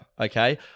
okay